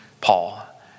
Paul